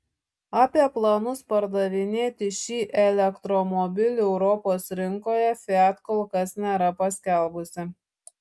apie planus pardavinėti šį elektromobilį europos rinkoje fiat kol kas nėra paskelbusi